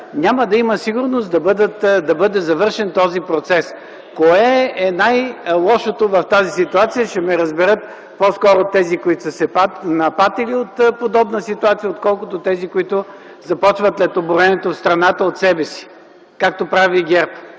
няма да има сигурност да бъде завършен този процес. Кое е най-лошото в тази ситуация? Ще ме разберат по-скоро тези, които са се напатили от подобна ситуация, отколкото тези, които започват летоброенето в страната от себе си, както прави ГЕРБ.